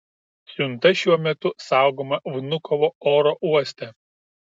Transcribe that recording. siunta šiuo metu saugoma vnukovo oro uoste